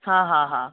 हा हा हा